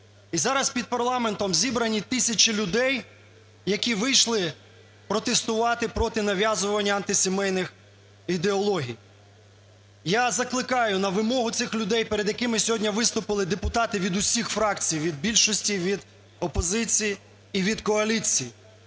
І зараз під парламентом зібрані тисячі людей, які вийшли протестувати проти нав'язування антисімейних ідеологій. Я закликаю на вимогу цих людей, перед якими сьогодні виступили депутати від усіх фракцій: від більшості, від опозиції і від коаліції